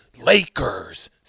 Lakers